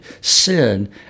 sin